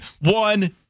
One